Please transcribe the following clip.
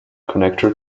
connector